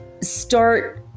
start